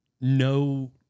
no